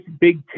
big